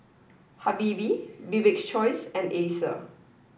Habibie Bibik's choice and Acer